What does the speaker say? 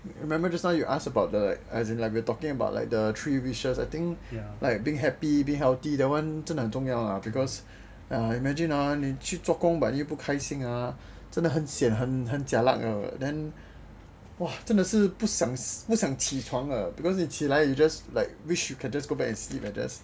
you remember just now you ask about the as in we were talking about the three wishes I think like being happy be healthy that one 真的很重要 lah because ya imagine ah 你去做工 but 又不开心 ah 真的很 sian 很 jialat !wah! 真的是不想不想起床了 because 你起来 you just like which you can just go back to sleep uh just